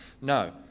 No